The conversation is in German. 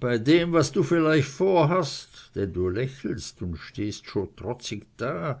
bei dem was du vielleicht vorhast denn du lächelst und stehst so trotzig da